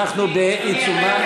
אדוני,